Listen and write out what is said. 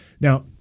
Now